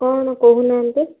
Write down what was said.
କ'ଣ କହୁନାହାନ୍ତି